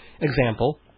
example